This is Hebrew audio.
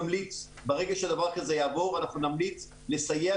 ברגע שדבר כזה יעבור אנחנו נמליץ לסייע